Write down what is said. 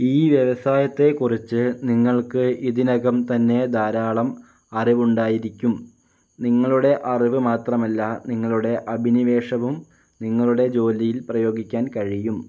ഈ വ്യവസായത്തെക്കുറിച്ച് നിങ്ങൾക്ക് ഇതിനകം തന്നെ ധാരാളം അറിവുണ്ടായിരിക്കും നിങ്ങളുടെ അറിവ് മാത്രമല്ല നിങ്ങളുടെ അഭിനിവേശവും നിങ്ങളുടെ ജോലിയിൽ പ്രയോഗിക്കാൻ കഴിയും